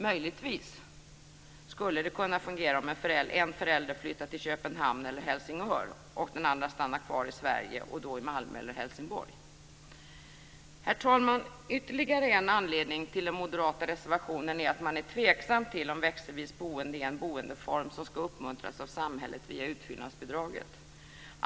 Möjligtvis skulle det fungera om en förälder flyttar till Köpenhamn eller Helsingör och den andra stannar kvar i Sverige och då i Herr talman! Ytterligare en anledning till den moderata reservationen är att man är tveksam till om växelvis boende är en boendeform som ska uppmuntras av samhället via utfyllnadsbidraget.